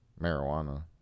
marijuana